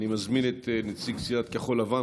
אני מזמין את נציג סיעת כחול לבן,